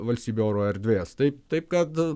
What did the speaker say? valstybių oro erdvės taip taip kad